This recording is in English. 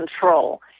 control